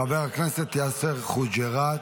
חבר הכנסת יאסר חוג'יראת,